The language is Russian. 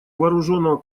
вооруженного